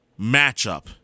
matchup